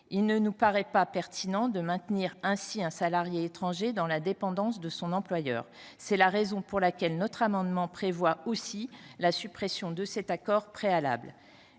Il ne nous paraît pas pertinent de maintenir ainsi un salarié étranger dans la dépendance de son employeur. C’est la raison pour laquelle notre amendement a également pour objet la suppression de cet accord préalable.